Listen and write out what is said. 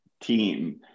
team